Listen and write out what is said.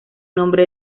nombre